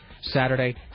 Saturday